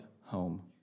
home